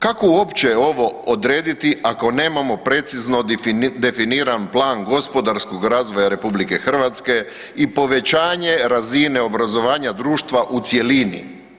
Kako uopće ovo odrediti ako nemamo precizno definiran plan gospodarskog razvoja RH i povećanje razine obrazovanja društva u cjelini.